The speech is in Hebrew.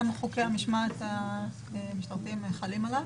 גם חוקי המשמעת המשטרתיים חלים עליו.